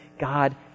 God